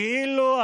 זה כאילו,